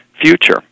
future